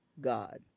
God